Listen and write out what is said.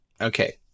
okay